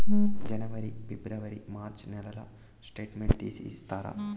జనవరి, ఫిబ్రవరి, మార్చ్ నెలల స్టేట్మెంట్ తీసి ఇస్తారా?